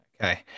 Okay